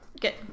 Good